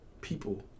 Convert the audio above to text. people